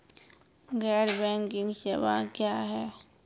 गैर बैंकिंग सेवा क्या हैं?